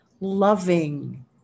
loving